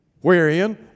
wherein